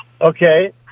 okay